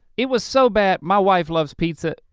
it was so bad, my wife loves pizza.